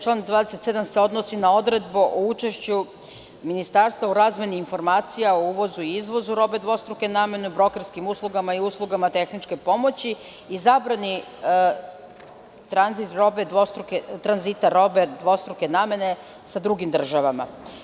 Član 27. se odnosi na odredbu o učešću Ministarstva u razmeni informacija o uvozu i izvozu robe dvostruke namene, brokerskim uslugama i uslugama tehničke pomoći i zabrani tranzita robe dvostruke namene sa drugim državama.